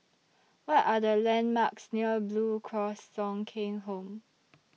What Are The landmarks near Blue Cross Thong Kheng Home